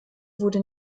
wurde